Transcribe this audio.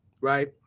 right